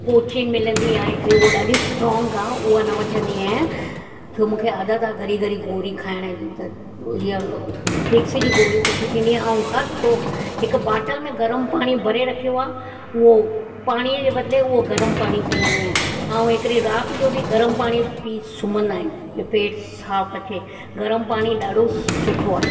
कोची मिलंदी आहे हिकिड़ी उहा ॾाढी स्ट्रॉन्ग आहे उहा न वठंदी आहियां छो मूंखे आदत आहे घरी घरी गोरी खाइण जी त इहा विक्स जी गोरी सुठी थींदी आहे ऐं हर उहो हिकु बाटल में गरम पाणी भरे रखियो आहे उहो पाणीअ जे बदिले उहो गरम पाणी पीअंदी आहियां ऐं हिकिड़े राति जो बि गरम पाणी पी सुम्हंदा आहियूं जे पेट साफ़ु अचे गरम पाणी ॾाढो सुठो आहे